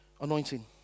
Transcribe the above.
anointing